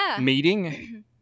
meeting